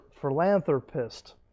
philanthropist